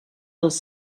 dels